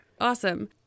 Awesome